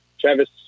Travis